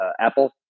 Apple